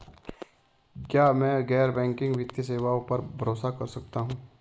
क्या मैं गैर बैंकिंग वित्तीय सेवाओं पर भरोसा कर सकता हूं?